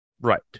Right